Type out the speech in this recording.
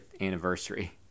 anniversary